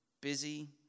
Busy